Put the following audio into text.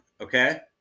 Okay